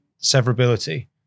severability